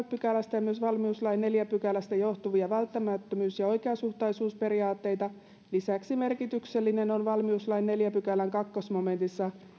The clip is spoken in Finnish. pykälästä ja myös valmiuslain neljännestä pykälästä johtuvia välttämättömyys ja oikeasuhtaisuusperiaatteita lisäksi merkityksellinen on valmiuslain neljännen pykälän toisessa momentissa